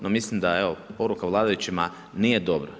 No mislim da evo poruka vladajućima nije dobra.